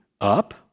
up